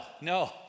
No